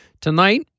tonight